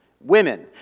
Women